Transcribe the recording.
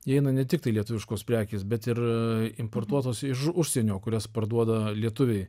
įeina ne tiktai lietuviškos prekės bet ir importuotos iš užsienio kurias parduoda lietuviai